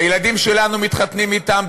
הילדים שלנו מתחתנים אתם,